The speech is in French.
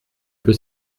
peu